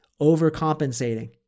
overcompensating